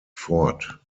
fort